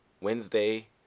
Wednesday